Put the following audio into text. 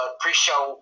pre-show